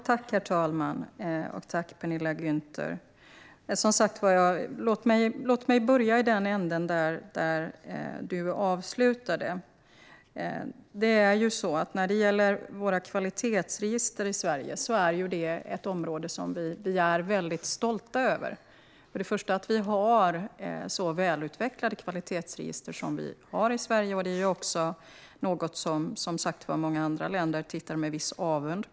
Herr talman! Låt mig börja där Penilla Gunther slutade. Våra kvalitetsregister är ju något som vi i Sverige är väldigt stolta över. Vi är stolta över att vi har så välutvecklade kvalitetsregister i Sverige, och de är något som många andra länder tittar på med viss avund.